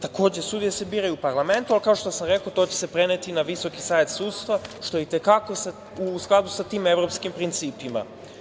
Takođe, sudije se biraju u parlamentu, ali kao što sam rekao, to će se preneti na VSS, što je i te kako u skladu sa tim evropskim principima.